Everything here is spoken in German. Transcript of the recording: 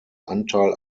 anteil